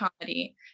comedy